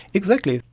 exactly.